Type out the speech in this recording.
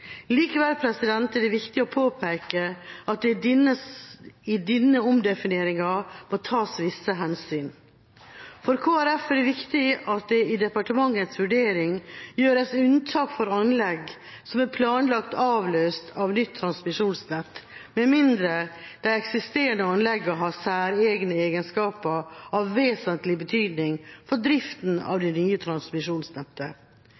Likevel er det viktig å påpeke at det i denne omdefineringa må tas visse hensyn. For Kristelig Folkeparti er det viktig at det i departementets vurdering gjøres unntak for anlegg som er planlagt avløst av nytt transmisjonsnett, med mindre de eksisterende anleggene har særegne egenskaper av vesentlig betydning for drifta av